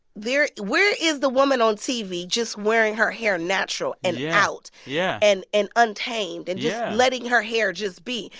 there where is the woman on tv just wearing her hair natural, and yeah out, yeah and and untamed and just yeah letting her hair just be?